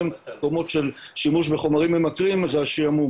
למקומות של שימוש בחומרים ממכרים זה השעמום,